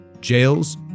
jails